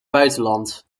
buitenland